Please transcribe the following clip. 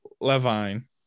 Levine